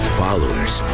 followers